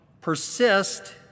persist